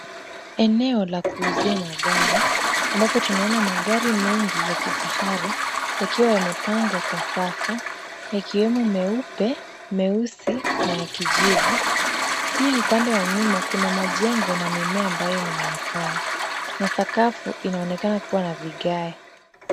Eneo la kuuzia magari. Ambapo tunaona magari mengi ya kifahari yakiwa yamepangwa kwa safu, yakiwemo meupe, meusi na ya kijivu. Pia upande wa nyuma kuna majengo na mimea ambayo inaonekana. Na sakafu inaonekana kuwa na vigae.